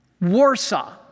Warsaw